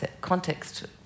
context